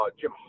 Jim